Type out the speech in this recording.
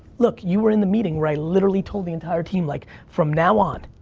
look, you were in the meeting where i literally told the entire team, like, from now on,